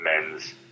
Men's